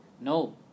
No